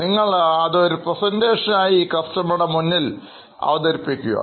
നിങ്ങൾ ഇത് ഒരു അവതരണം ആയി കസ്റ്റമറുടെ മുന്നിൽ അവതരിപ്പിക്കുക